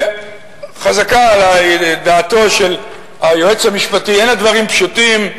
חזקה עלי דעתו של היועץ המשפטי שאין הדברים פשוטים.